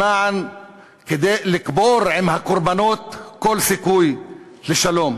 כדי לקבור עם הקורבנות כל סיכוי לשלום.